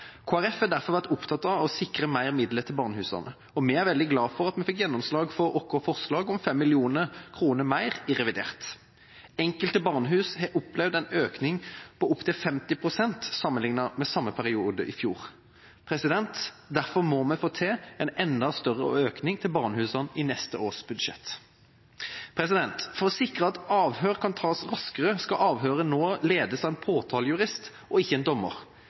har derfor vært opptatt av å sikre mer midler til barnehusene, og vi er veldig glad for at vi fikk gjennomslag for vårt forslag om 5 mill. kr mer i revidert. Enkelte barnehus har opplevd en økning på opptil 50 pst. sammenlignet med samme periode i fjor. Derfor må vi få til en enda større økning til barnehusene i neste års budsjett. For å sikre at avhør kan tas raskere, skal avhøret nå ledes av en påtalejurist, og ikke en dommer.